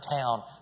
town